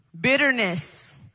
Bitterness